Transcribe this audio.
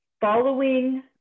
following